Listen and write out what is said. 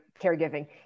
caregiving